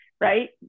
right